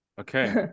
okay